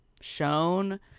shown